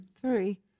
Three